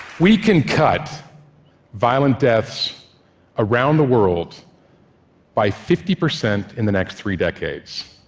we can cut violent deaths around the world by fifty percent in the next three decades.